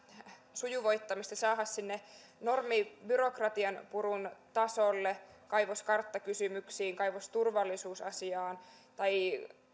sujuvoittamista saada sinne normibyrokratian purun tasolle kaivoskarttakysymyksiin kaivosturvallisuusasiaan tai